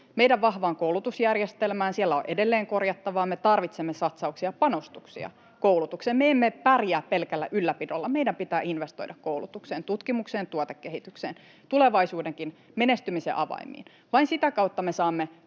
Meidän vahvaan koulutusjärjestelmään — siellä on edelleen korjattavaa, ja me tarvitsemme satsauksia ja panostuksia koulutukseen. Me emme pärjää pelkällä ylläpidolla vaan meidän pitää investoida koulutukseen, tutkimukseen ja tuotekehitykseen, tulevaisuudenkin menestymisen avaimiin. Vain sitä kautta me saamme